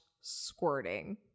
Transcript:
squirting